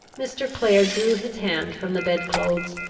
mr. clare drew his hand from the bed-clothes,